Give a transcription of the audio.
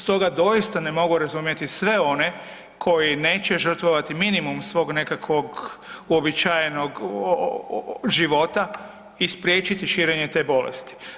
Stoga doista ne mogu razumjeti sve one koji neće žrtvovati minimum svog nekakvog uobičajenog života i spriječiti širenje te bolesti.